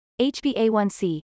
HbA1c